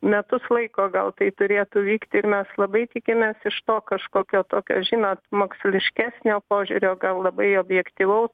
metus laiko gal tai turėtų vykt ir mes labai tikimės iš to kažkokio tokio žinot moksliškesnio požiūrio gal labai objektyvaus